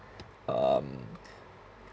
um